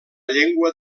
llengua